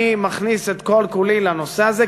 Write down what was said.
אני מכניס את כל-כולי לנושא הזה,